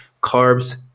Carbs